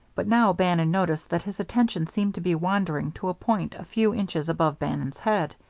but now bannon noticed that his attention seemed to be wandering to a point a few inches above bannon's head.